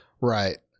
Right